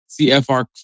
CFR